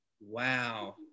wow